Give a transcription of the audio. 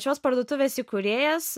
šios parduotuvės įkūrėjas